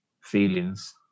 feelings